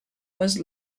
was